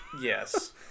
Yes